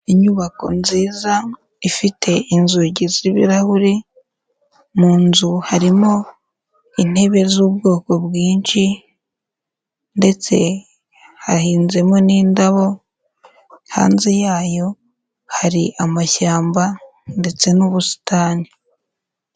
Inyubako nziza ifite inzugi z'ibirahuri, mu nzu harimo intebe z'ubwoko bwinshi ndetse hahinzemo n'indabo, hanze yayo hari amashyamba ndetse n'ubusitani.